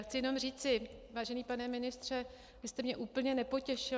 Chci jenom říci, vážený pane ministře, vy jste mě úplně nepotěšil.